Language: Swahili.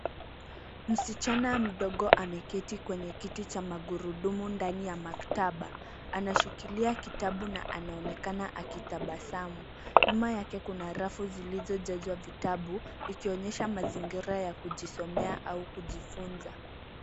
Msichana mdogo ameketi kwenye kiti cha magurudumu ndani ya maktaba . Anashikilia kitabu na anaonekana akitabasamu. Nyuma yake kuna rafu zilizojazwa vitabu ikionyesha mazingira ya kujisomea au kujifunza.